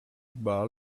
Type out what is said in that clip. bar